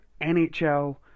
NHL